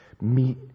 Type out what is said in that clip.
Meet